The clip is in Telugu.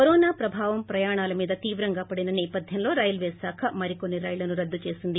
కరోనా ప్రభావం ప్రయాణాల మీద తీవ్రంగా పడిన సేపథ్వంలో రైల్వే శాఖ మరికొన్ని రైళ్లను రద్గు చేసింది